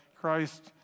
Christ